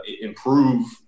improve